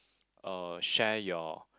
uh share your